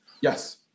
Yes